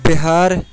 Bihar